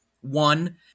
One